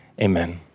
amen